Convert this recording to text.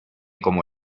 como